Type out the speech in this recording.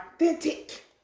authentic